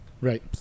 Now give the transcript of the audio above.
Right